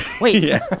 Wait